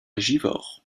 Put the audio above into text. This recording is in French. givors